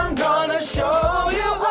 gonna show you